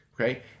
Okay